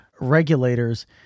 regulators